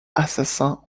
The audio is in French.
assassin